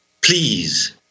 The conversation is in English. please